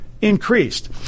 increased